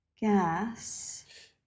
gas